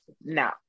no